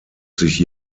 sich